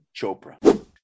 chopra